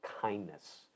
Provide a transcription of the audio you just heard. kindness